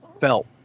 felt